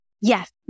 Yes